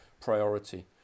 priority